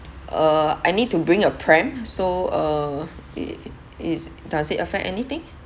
uh I need to bring a pram so uh it it it it does it affect anything